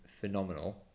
phenomenal